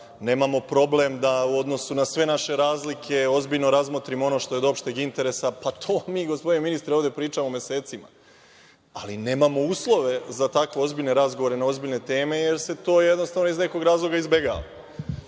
nemamo problem da u odnosu na sve naše razlike ozbiljno razmotrimo ono što je od opšteg interesa, pa to mi, gospodine ministre, ovde pričamo mesecima, ali nemamo uslove za tako ozbiljne razgovore na tako ozbiljne teme jer se to jednostavno iz nekog razloga izbegava.